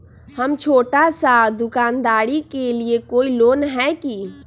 हम छोटा सा दुकानदारी के लिए कोई लोन है कि?